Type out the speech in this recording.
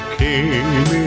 came